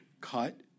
Cut